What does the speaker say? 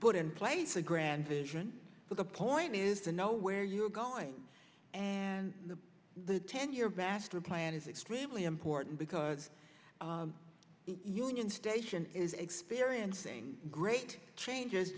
put in place a grand vision but the point is to know where you're going and the ten year bachelor plan is extremely important because the union station is experiencing great changes